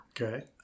Okay